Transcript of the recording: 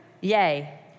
yay